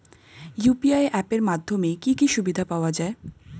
UPI app এর মাধ্যমে কি কি সুবিধা পাওয়া যায়?